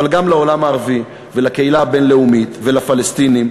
אבל גם לעולם הערבי ולקהילה הבין-לאומית ולפלסטינים,